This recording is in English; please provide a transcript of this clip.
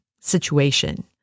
situation